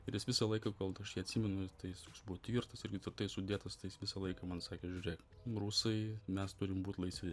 ir jis visą laiką kol aš jį atsimenu tai jis buvo tvirtas irgi tvirtai sudėtas tais jis visą laiką man sakė žiūrėk rusai mes turim būt laisvi